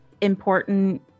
important